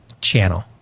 Channel